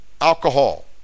alcohol